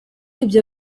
ibyo